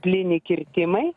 plyni kirtimai